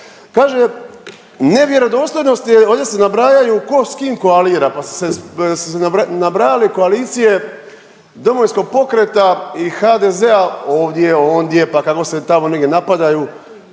kaže nevjerodostojnost je ovdje se nabrajaju ko s kim koalira, pa su se nabrajale koalicije DP-a i HDZ-a ovdje, ondje pa kako se tamo negdje napadaju,